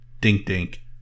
dink-dink